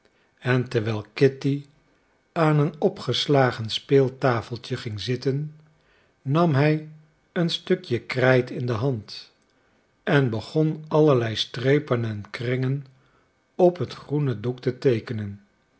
en terwijl kitty aan een opgeslagen speeltafeltje ging zitten nam zij een stukje krijt in de hand en begon allerlei strepen en kringen op het groene doek te teekenen